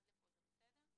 עד לפה זה בסדר?